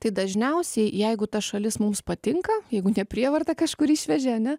tai dažniausiai jeigu ta šalis mums patinka jeigu ne prievarta kažkur išvežė ane